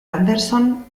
anderson